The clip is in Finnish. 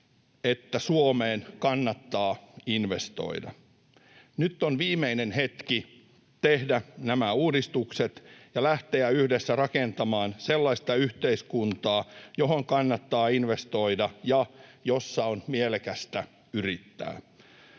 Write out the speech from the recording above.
että Suomeen kannattaa investoida. Nyt on viimeinen hetki tehdä nämä uudistukset ja lähteä yhdessä rakentamaan sellaista yhteiskuntaa, johon kannattaa investoida ja jossa on mielekästä yrittää.